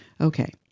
Okay